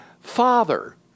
Father